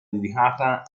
dedicata